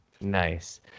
nice